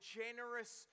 generous